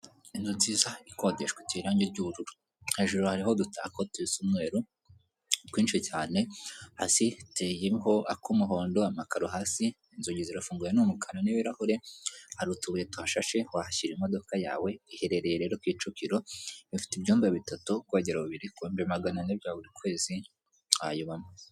Inzu nziza ikodeshwa, iteye irangi ry'ubururu. Hjuru hariho udutako dusa umweru twinshi cyane. Hasi hateyeho ak'umuhondo, amakaro hasi, inzugi zirafunguye, ni umukara n'ibirahure, hari utubuye tuhashashe, wahashyira imodoka yawe. Iherereye rero Kicukiro, ifite ibyumba bitatu, ubwogero bubiri ku gihumbi na magana ane bya buri kwezi wayibamo.